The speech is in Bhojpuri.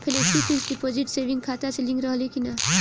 फेलेक्सी फिक्स डिपाँजिट सेविंग खाता से लिंक रहले कि ना?